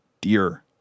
dear